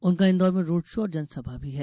उनका इन्दौर में road show और जनसभा भी है